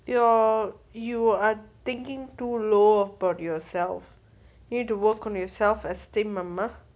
you you're you are thinking too low of about yourself you need to work on yourself self esteem amma